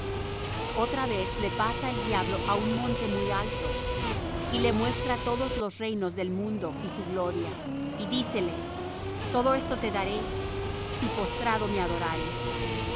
otra vez le pasa el diablo á un monte muy alto y le muestra todos los reinos del mundo y su gloria y dícele todo esto te daré si postrado me adorares